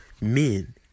men